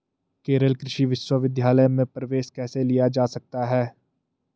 केरल कृषि विश्वविद्यालय में प्रवेश कैसे लिया जा सकता है?